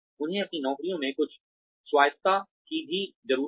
उन्हें अपनी नौकरियों में कुछ स्वायत्तता की भी जरूरत है